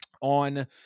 on